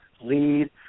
lead